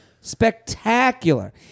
spectacular